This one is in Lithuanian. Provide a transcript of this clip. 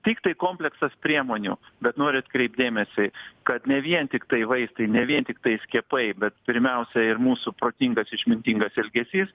tiktai kompleksas priemonių bet noriu atkreipt dėmesį kad ne vien tiktai vaistai ne vien tiktai skiepai bet pirmiausia ir mūsų protingas išmintingas elgesys